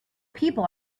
people